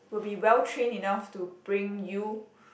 will be well train enough to bring you